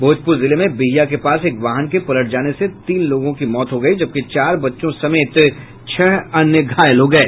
भोजपुर जिले में बिहिया के पास एक वाहन के पलट जाने से तीन लोगों की मौत हो गयी जबकि चार बच्चों समेत छह अन्य घायल हो गये